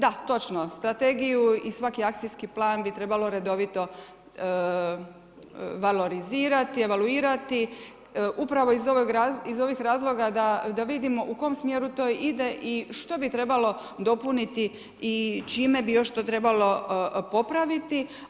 Da, točno strategiju i svaki akcijski plan bi trebalo redovito valorizirati, evaluirati upravo iz ovih razloga da vidimo u kom smjeru to ide i što bi trebalo dopuniti i čime bi još to trebalo popraviti.